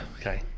okay